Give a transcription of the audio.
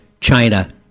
China